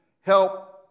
help